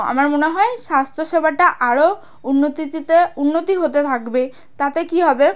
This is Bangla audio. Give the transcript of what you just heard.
আমার মনে হয় স্বাস্থ্যসেবাটা আরও উন্নতিতিতে উন্নতি হতে থাকবে তাতে কী হবে